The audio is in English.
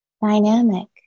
dynamic